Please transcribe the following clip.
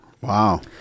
Wow